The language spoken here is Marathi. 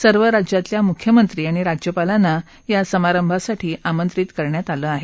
सर्व राज्यातल्या मुख्यमंत्री आणि राज्यपालांना या समारंभासाठी आमंत्रित करण्यात आलं आहे